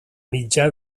mitjà